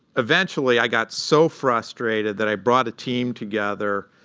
eventually, i got so frustrated that i brought a team together,